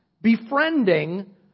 befriending